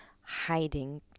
hiding